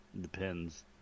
Depends